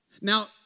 Now